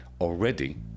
Already